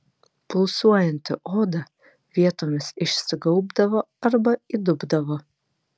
pulsuojanti oda vietomis išsigaubdavo arba įdubdavo